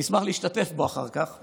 אני אשמח להשתתף בו אחר כך.